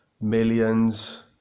millions